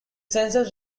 sensors